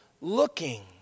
looking